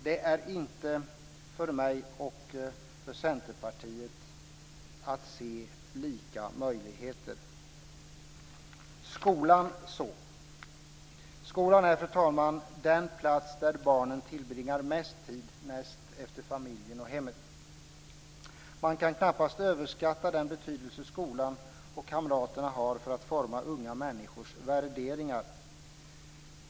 Det är inte för mig och Centerpartiet lika möjligheter. Sedan går jag över till skolan. Skolan är, den plats där barnen tillbringar mest tid, näst efter familjen och hemmet. Man kan knappast överskatta den betydelse skolan och kamraterna har för att forma unga människors värderingar.